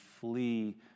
flee